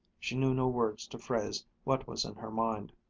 she knew no words to phrase what was in her mind.